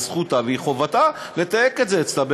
זכותה וחובתה לתייק את זה אצלה.